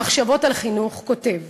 מחשבות על חינוך" כותב: